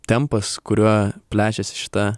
tempas kuriuo plečiasi šita